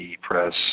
Press